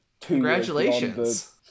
Congratulations